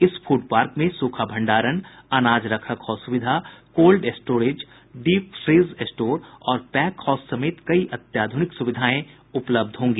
इस food park में सूखा भण्डारण अनाज रख रखाव सुविधा cold storage deep freeze store और पैक हाउस समेत कई अत्याध्रनिक सुविधाएं उपलब्ध होंगी